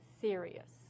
serious